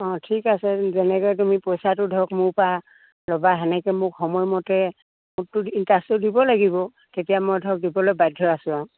অঁ ঠিক আছে যেনেকে তুমি পইচাটো ধৰক মোৰপা ল'বা সেনেকে মোক সময়মতে মোকটো ইণ্টাৰেষ্টটো দিব লাগিব তেতিয়া মই ধৰক দিবলৈ বাধ্য আছোঁ আৰু